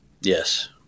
Yes